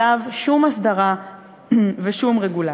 אין עליו שום הסדרה ושום רגולציה.